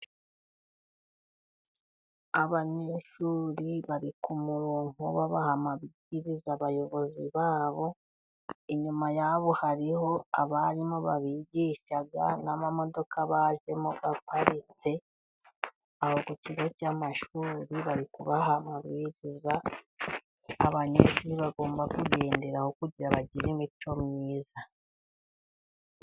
Abanyeshuri bari ku murongo babaha amabwiriza, abayobozi babo inyuma y'abo hariho abarimu babigisha n'amamodoka bajemo aparitse, bari ku kigo cy'amashuri bari kubaha amabwiza, abanyeshuri bagomba kugenderaho kugira bagire imico myiza.